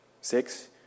Six